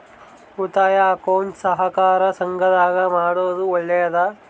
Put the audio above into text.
ಉಳಿತಾಯ ಅಕೌಂಟ್ ಸಹಕಾರ ಸಂಘದಾಗ ಮಾಡೋದು ಒಳ್ಳೇದಾ?